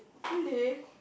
really